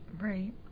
Right